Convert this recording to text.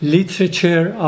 Literature